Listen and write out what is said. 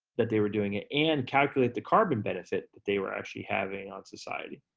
that they were doing it, and calculate the carbon benefit that they were actually having on society.